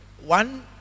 One